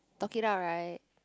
talk it out right